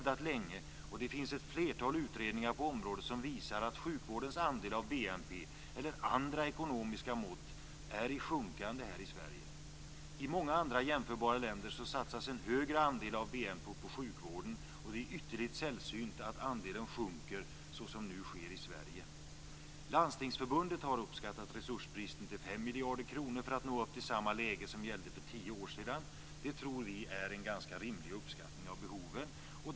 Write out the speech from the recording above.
Det finns ett flertal utredningar på området som visar att sjukvårdens andel av BNP eller andra ekonomiska mått är i sjunkande här i Sverige. I många andra jämförbara länder satsas en högre andel av BNP på sjukvård. Det är ytterligt sällsynt att andelen sjunker, så som nu sker i Landstingsförbundet har uppskattat resursbristen till 5 miljarder kronor för att nå upp till samma läge som gällde för tio år sedan. Det tror vi är en ganska rimlig uppskattning av behoven.